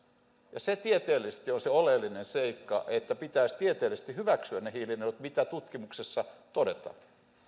se on tieteellisesti se oleellinen seikka että pitäisi tieteellisesti hyväksyä ne hiilinielut mitä tutkimuksessa todetaan